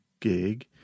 gig